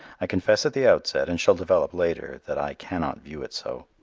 i confess at the outset, and shall develop later, that i cannot view it so.